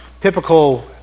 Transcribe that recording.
typical